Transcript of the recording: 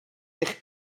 eich